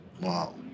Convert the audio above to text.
Wow